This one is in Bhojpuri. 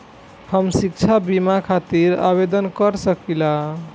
हम शिक्षा बीमा खातिर आवेदन कर सकिला?